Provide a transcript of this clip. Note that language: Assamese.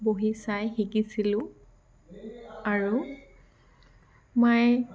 বহি চাই শিকিছিলো আৰু মায়ে